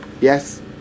Yes